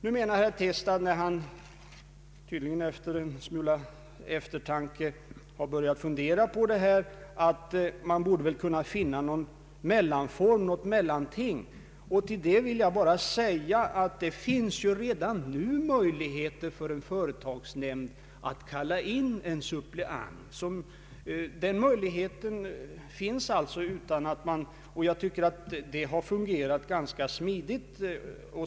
Sedan herr Tistad tydligen funderat en smula på det här anförde han att det borde vara möjligt att finna någon mellanform. Till det vill jag bara säga att det redan nu finns möjlighet för en företagsnämnd att kalla in en suppleant, och jag tycker att det systemet har fungerat ganska smidigt.